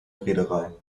reederei